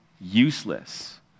useless